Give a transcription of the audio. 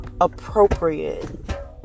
appropriate